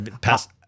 past